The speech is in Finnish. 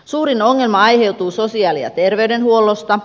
suurin ongelma aiheutuu sosiaali ja terveydenhuollosta